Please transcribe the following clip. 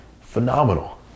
Phenomenal